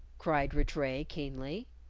cried rattray keenly.